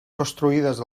construïdes